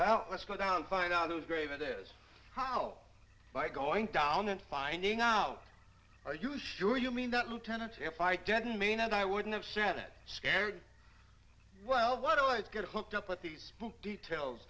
there let's go down find out who's grave it is how by going down and finding out are you sure you mean that lieutenant if i didn't mean it i wouldn't have said it scared well what i'd get hooked up with these details